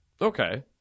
Okay